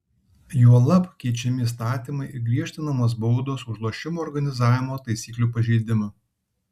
juolab keičiami įstatymai ir griežtinamos baudos už lošimo organizavimo taisyklių pažeidimą